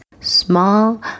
small